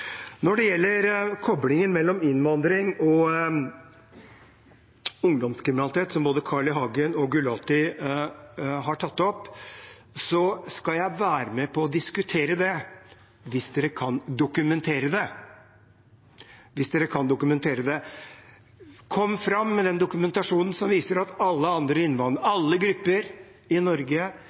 Når det gjelder koblingen mellom innvandring og ungdomskriminalitet, som både Carl I. Hagen og Himanshu Gulati har tatt opp, skal jeg være med på å diskutere det hvis de kan dokumentere det. Kom fram med den dokumentasjonen som viser at alle innvandrergrupper i Norge